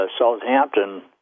Southampton